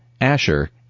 Asher